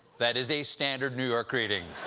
that is a standard new york greeting.